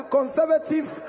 Conservative